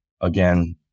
again